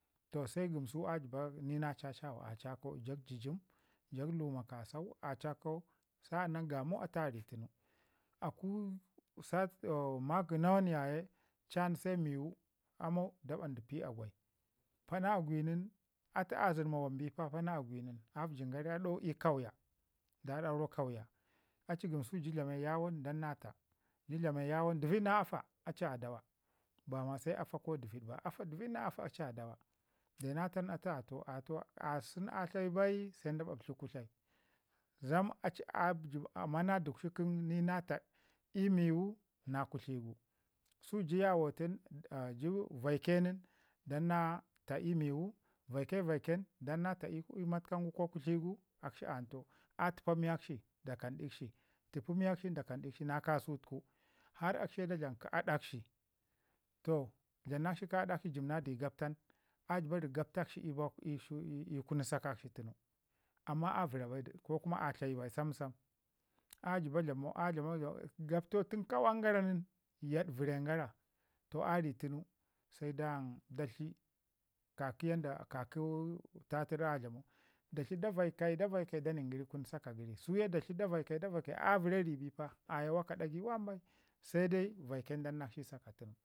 toh se gamsu a ci ba nina chachawa a chakau ja jəjim kasau a jakau, sa'anan gama atu a ri tunu aku sati maginawan ya ye chan se miwu amau da bandi pi agwai. Pana agwi nin atu a zəma wan bai a vəjin gara ii aɗau ii kauya nda daurau kauya a ii gamsu ju dlame na iyuwu nin danna taa ji dlame yawo nin dəvid na afa a ci a dawa ba ma se afa go dəvid ba dəvid na afa a ci a dawa, de na taan atu ataau a taau sun a tlayi bai se ɓaɓtli kutlai. Zam a ci mana dukshi kə ni na taa ii miwu na kutli gu. Su ji yawoten vaike nin dan na taa ii miwu vaike vaike nin dan na taa ii matkam gu ko kutli ku akshi a tau, a təpa miyakshi da kandikshi təpi miyakshin da kandikshi na kasau tuku har akshi ye da dlam kə adakshi, toh dlamnakshi kə aɗakshi jəbna di gabta nin a jiba rəb gaptakshi ii kunu sakakshi tunu, amman a vəra bai ko kuma a tlayi bai sam sana a jiba dlamau a jiba dlamau gabtau tun kawan garan yaɗ vəren gara toh a ri tunu se dan da tli ka ki yanda ki tataru a dlamau da tli da vaikai da vaikai da nin gəri kun saka gəri su ke da tli da vaikai da aikai aye wuka ɗagai wam bai se dai vai ke nin dannakshi